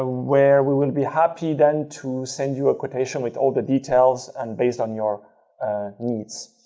ah where we will be happy then to send you a quotation with all the details and based on your needs.